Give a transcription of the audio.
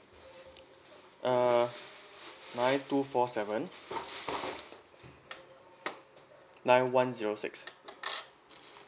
uh nine two four seven nine one zero six